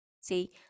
see